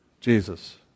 Jesus